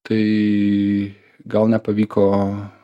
tai gal nepavyko